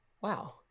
Wow